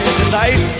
tonight